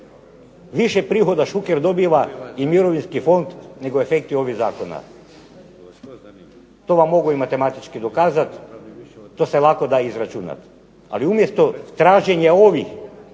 Više prihoda Šuker dobiva i mirovinski fond nego efekti ovog Zakona. To vam mogu matematički dokazati, to se da izračunati ali umjesto traženje ovih,